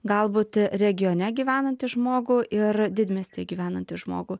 galbūt regione gyvenantį žmogų ir didmiesty gyvenantį žmogų